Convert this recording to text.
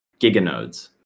giganodes